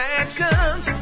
actions